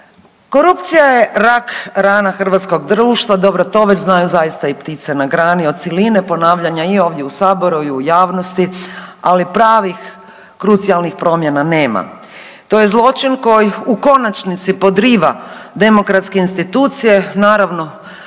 Korupcija je rak rana hrvatskog društva. Dobro to već znaju zaista i ptice na grani od siline ponavljanja i ovdje u Saboru, a i u javnosti, ali pravih krucijalnih promjena nema. To je zločin koji u konačnici podriva demokratske institucije, naravno